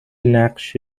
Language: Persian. نقش